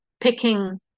picking